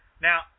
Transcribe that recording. Now